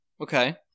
okay